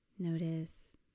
Notice